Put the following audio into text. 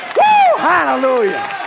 hallelujah